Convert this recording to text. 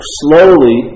slowly